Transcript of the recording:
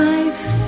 Life